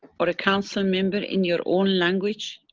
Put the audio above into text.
or a council member in your own language